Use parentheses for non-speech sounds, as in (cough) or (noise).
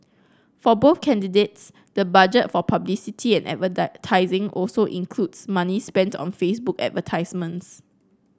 for both candidates the budget for publicity and (unintelligible) also includes money spent on Facebook advertisements